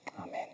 Amen